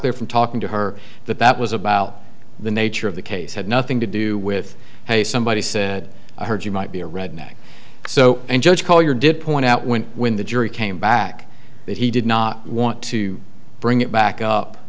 clear from talking to her that that was about the nature of the case had nothing to do with how somebody said i heard you might be a redneck so and judge call your did point out when when the jury came back that he did not want to bring it back up